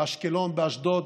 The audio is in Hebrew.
באשקלון ובאשדוד,